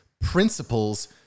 principles